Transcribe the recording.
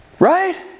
Right